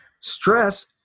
stress